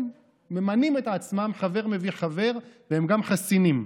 הם ממנים את עצמם, חבר מביא חבר, והם גם חסינים.